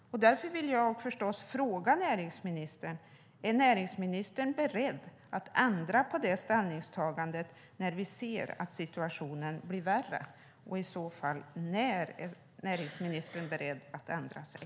Därför vill jag förstås ställa följande fråga till näringsministern: Är näringsministern beredd att ändra på detta ställningstagande när vi ser att situationen blir värre? I så fall: När är näringsministern beredd att ändra sig?